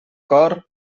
cor